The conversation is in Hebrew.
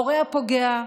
ההורים הפוגעים,